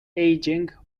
aging